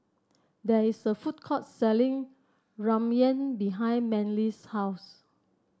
there is a food court selling Ramyeon behind Manley's house